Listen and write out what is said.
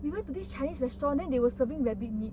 we went to this chinese restaurant then they were serving rabbit meat